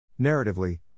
Narratively